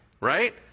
right